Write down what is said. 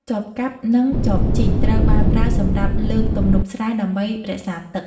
ចបកាប់ និងចបជីក ត្រូវបានប្រើសម្រាប់លើកទំនប់ស្រែដើម្បីរក្សាទឹក។